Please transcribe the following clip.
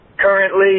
currently